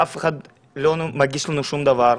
אף אחד לא מגיש לנו שום דבר,